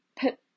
put